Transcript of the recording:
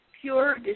pure